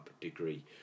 degree